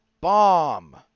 bomb